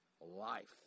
Life